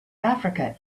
africa